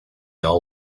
all